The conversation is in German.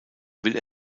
will